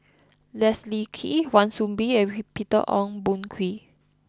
Leslie Kee Wan Soon Bee and Peter Ong Boon Kwee